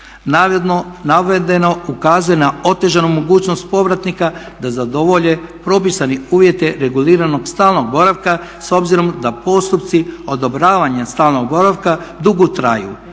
Navedeno ukazuje na otežanu mogućnost povratnika da zadovolje propisane uvjete reguliranog stalnog boravka s obzirom da postupci odobravanja stalnog boravka dugo traju